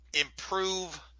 improve